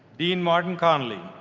dean martin conley,